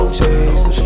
chase